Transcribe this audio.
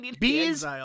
bees